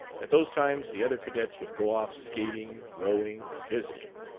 at those times the other cadets would go off skating, rowing, or visiting.